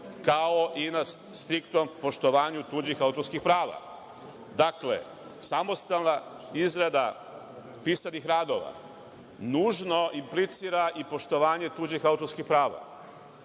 kao i na striktnom poštovanju tuđih autorskih prava? Dakle, samostalna izrada pisanih radova nužno implicira i poštovanje tuđih autorskih prava.